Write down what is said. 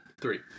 Three